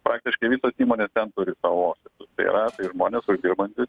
praktiškai visos įmonės ten turi savo ofisus tai yra tai žmonės uždirbantys